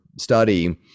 study